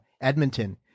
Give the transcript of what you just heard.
Edmonton